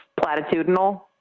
platitudinal